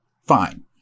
fine